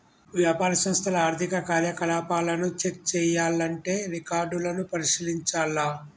వ్యాపార సంస్థల ఆర్థిక కార్యకలాపాలను చెక్ చేయాల్లంటే రికార్డులను పరిశీలించాల్ల